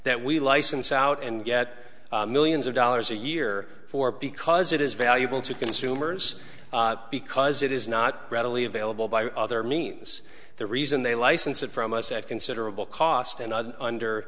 that we license out and get millions of dollars a year for because it is valuable to consumers because it is not readily available by other means the reason they license it from us at considerable cost and under